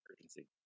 urgency